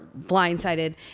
blindsided